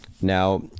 Now